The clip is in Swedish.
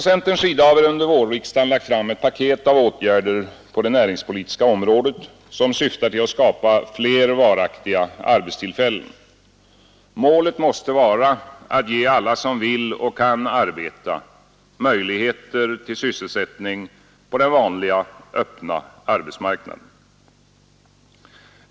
Centern har under vårriksdagen lagt fram ett paket av åtgärder på det näringspolitiska området, som syftar till att skapa fler varaktiga arbetstillfällen. Målet måste vara att ge alla som vill och kan arbeta möjligheter till sysselsättning på den vanliga öppna arbetsmarknaden.